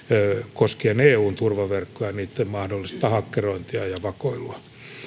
koskien eun turvaverkkoja ja niitten mahdollista hakkerointia ja vakoilua